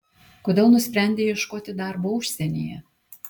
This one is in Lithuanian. kodėl nusprendei ieškoti darbo užsienyje